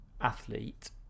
athlete